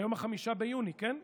היום 5 ביוני, כן?